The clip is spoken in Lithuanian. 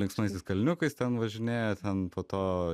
linksmaisiais kalniukais ten važinėja ten po to